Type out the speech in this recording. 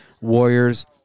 Warriors